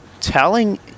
telling